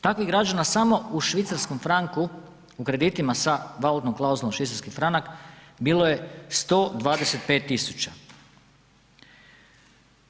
Takvih građana samo u švicarskom franku u kreditima sa valutnom klauzulom švicarski franak bilo je 125.000.